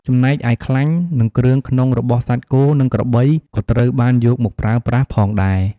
ចំណែកឯខ្លាញ់ និងគ្រឿងក្នុងរបស់សត្វគោ និងក្របីក៏ត្រូវបានយកមកប្រើប្រាស់ផងដែរ។